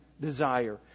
desire